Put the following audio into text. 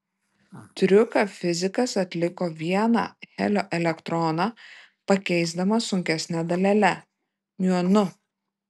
triuką fizikas atliko vieną helio elektroną pakeisdamas sunkesne dalele miuonu